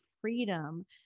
freedom